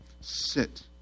sit